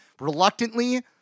reluctantly